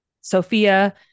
Sophia